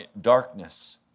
darkness